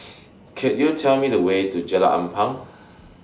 Could YOU Tell Me The Way to Jalan Ampang